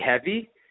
heavy